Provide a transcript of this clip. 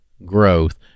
growth